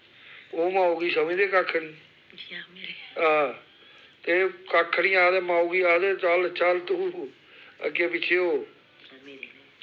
ओह् माऊ गी समझदे कक्ख निं आ ते कक्ख निं आखदे माऊ गी आखदे चल चल तूं अग्गें पिच्छें हो